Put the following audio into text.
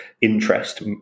interest